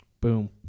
Boom